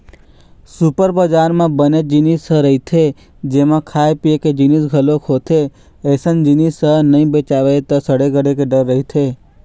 super बजार म बनेच जिनिस ह रहिथे जेमा खाए पिए के जिनिस घलोक होथे, अइसन जिनिस ह नइ बेचावय त सड़े गले के डर रहिथे